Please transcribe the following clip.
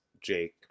Jake